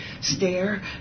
stare